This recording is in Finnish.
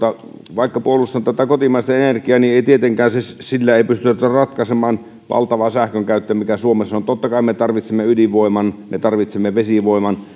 vaikka puolustan tätä kotimaista energiaa niin ei tietenkään sillä pystytä ratkaisemaan valtavaa sähkönkäyttöä mikä suomessa on totta kai me tarvitsemme ydinvoiman me tarvitsemme vesivoiman